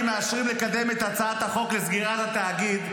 מאשרים לקדם את הצעת החוק לסגירת התאגיד,